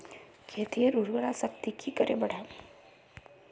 खेतीर उर्वरा शक्ति की करे बढ़ाम?